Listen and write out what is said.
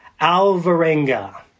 Alvarenga